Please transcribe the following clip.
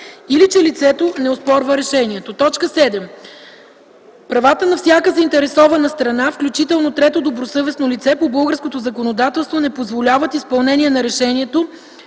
или че лицето не оспорва решението; 7. правата на всяка заинтересована страна, включително трето добросъвестно лице, по българското законодателство не позволяват изпълнение на решението,